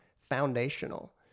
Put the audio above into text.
foundational